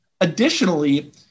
Additionally